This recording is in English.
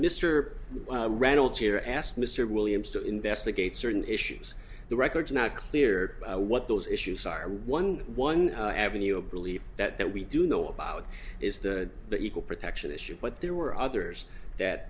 mr reynolds here asked mr williams to investigate certain issues the records not clear what those issues are one one avenue of relief that that we do know about is that the equal protection issue but there were others that